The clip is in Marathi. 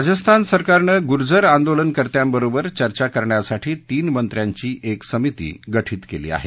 राजस्थान सरकारनं गुर्जर आंदोलन कर्त्यांबरोबर चर्चा करण्यासाठी तीन मंत्र्यांची एक समित गठित केल आहे